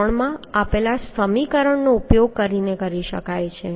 3 માં આપેલા સમીકરણનો ઉપયોગ કરીને કરી શકાય છે